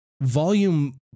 volume